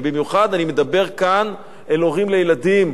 ובמיוחד אני מדבר כאן אל הורים לילדים: